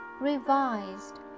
revised